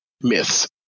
myths